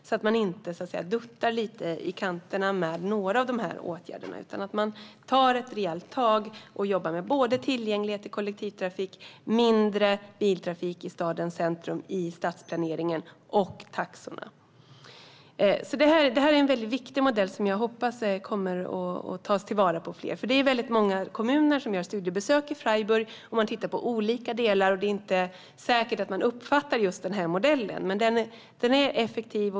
Man ska alltså inte dutta lite i kanterna med några av åtgärderna utan ta ett rejält tag och jobba med såväl tillgänglighet till kollektivtrafik och mindre biltrafik i stadens centrum i stadsplaneringen som taxorna. Detta är en viktig modell jag hoppas kommer att tas till vara. Det är många kommuner som gör studiebesök i Freiburg, och man tittar på olika delar. Det är inte säkert att man uppfattar just den här modellen, men den är effektiv.